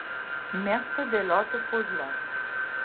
mėgsta dėlioti puzles